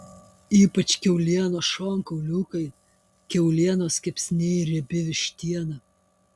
ypač kiaulienos šonkauliukai kiaulienos kepsniai riebi vištiena